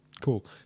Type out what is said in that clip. Cool